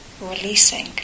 releasing